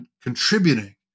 contributing